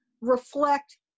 reflect